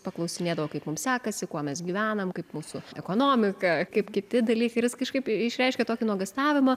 paklausinėdavo kaip mums sekasi kuo mes gyvenam kaip mūsų ekonomika kaip kiti dalykai ir jis kažkaip išreiškė tokį nuogąstavimą